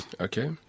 okay